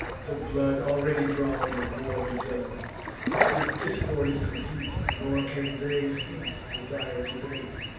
the blood already drawn, the war begun the discord is complete nor can they cease the dire debate,